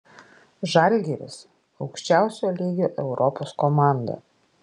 žalgiris aukščiausio lygio europos komanda